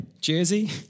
jersey